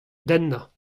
dennañ